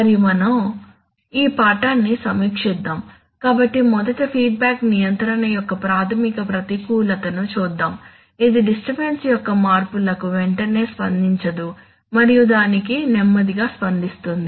మరియు మనం ఈ పాఠాన్ని సమీక్షిద్దాం కాబట్టి మొదట ఫీడ్బ్యాక్ నియంత్రణ యొక్క ప్రాథమిక ప్రతికూలతను చూద్దాం ఇది డిస్టర్బన్స్ యొక్క మార్పులకు వెంటనే స్పందించదు మరియు దానికి నెమ్మదిగా స్పందిస్తుంది